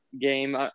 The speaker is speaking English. game